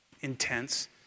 intense